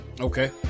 okay